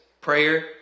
Prayer